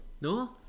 No